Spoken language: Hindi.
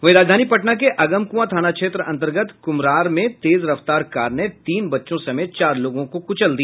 वहीं राजधानी पटना के अगमकुंआ थाना क्षेत्र अंतर्गत कुम्हरार में तेज रफ्तार कार ने तीन बच्चों समेत चार लोगों को कुचल दिया